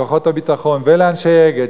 לכוחות הביטחון ולאנשי "אגד".